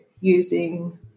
using